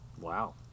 Wow